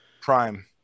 Prime